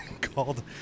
called